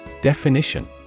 Definition